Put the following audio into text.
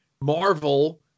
marvel